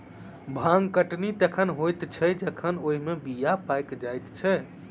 भांग कटनी तखन होइत छै जखन ओहि मे बीया पाइक जाइत छै